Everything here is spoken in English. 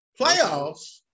Playoffs